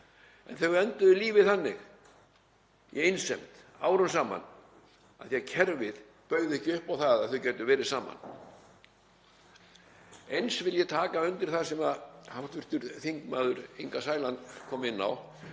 en þau enduðu lífið þannig í einsemd árum saman af því að kerfið bauð ekki upp á það að þau gætu verið saman. Eins vil ég taka undir það sem hv. þm. Inga Sæland kom inn á,